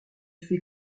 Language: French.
faits